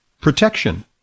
protection